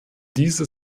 diese